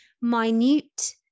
minute